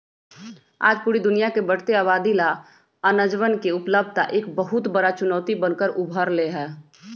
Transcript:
आज पूरा दुनिया के बढ़ते आबादी ला अनजवन के उपलब्धता एक बहुत बड़ा चुनौती बन कर उभर ले है